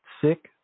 Sick